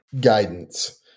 guidance